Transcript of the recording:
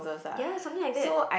ya something like that